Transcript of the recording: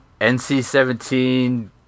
NC-17